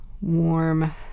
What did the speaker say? warm